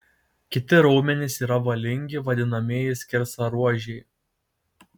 kiti raumenys yra valingi vadinamieji skersaruožiai